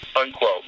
unquote